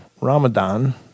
Ramadan